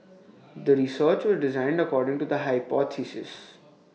the research was designed according to the hypothesis